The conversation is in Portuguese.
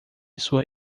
sua